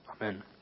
Amen